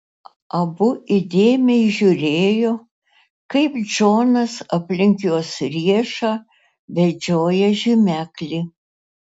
abu įdėmiai žiūrėjo kaip džonas aplink jos riešą vedžioja žymeklį